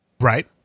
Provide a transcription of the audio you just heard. Right